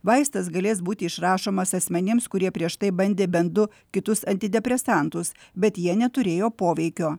vaistas galės būti išrašomas asmenims kurie prieš tai bandė bent du kitus antidepresantus bet jie neturėjo poveikio